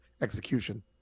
execution